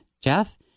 Jeff